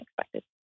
expected